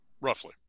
Roughly